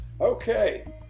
Okay